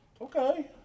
Okay